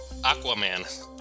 aquaman